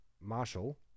Marshall